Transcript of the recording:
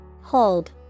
Hold